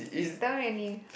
don't really